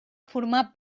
formar